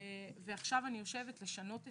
עכשיו אני יושבת על שינוי הנהלים.